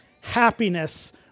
happiness